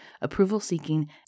approval-seeking